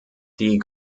die